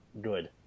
good